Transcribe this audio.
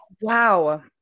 wow